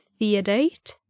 Theodate